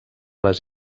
les